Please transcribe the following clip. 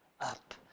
up